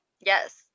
Yes